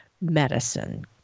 medicine